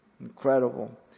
Incredible